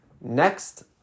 Next